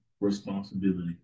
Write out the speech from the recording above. responsibility